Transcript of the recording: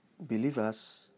believers